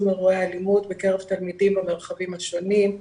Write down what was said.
אירועי אלימות בקרב תלמידים במרחבים השונים,